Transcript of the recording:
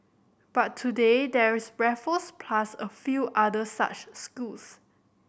but today there is Raffles plus a few other such schools